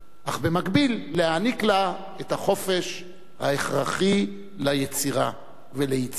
אך במקביל להעניק לה את החופש ההכרחי ליצירה וליצירתה.